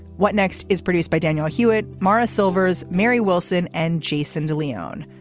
what next is produced by daniel hewitt, marra silvers, mary wilson and jason de leon.